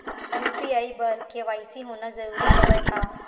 UPI बर KYC होना जरूरी हवय का?